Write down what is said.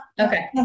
Okay